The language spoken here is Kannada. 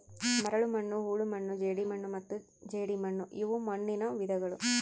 ಮರಳುಮಣ್ಣು ಹೂಳುಮಣ್ಣು ಜೇಡಿಮಣ್ಣು ಮತ್ತು ಜೇಡಿಮಣ್ಣುಇವು ಮಣ್ಣುನ ವಿಧಗಳು